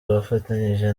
bafatanyije